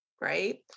right